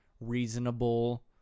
reasonable